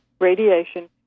radiation